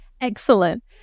Excellent